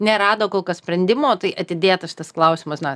nerado kol kas sprendimo tai atidėtas šitas klausimas na